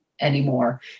anymore